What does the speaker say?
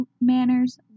manners